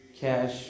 cash